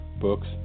Books